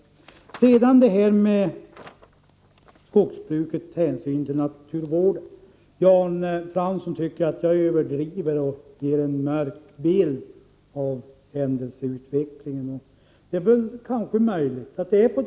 Sedan det här med skogsbrukets hänsyn till naturvården. Jan Fransson tycker att jag överdriver och att jag ger en mörk bild av händelseutvecklingen. Det är möjligt att det är så.